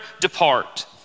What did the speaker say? depart